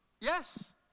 Yes